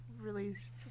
released